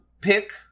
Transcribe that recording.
pick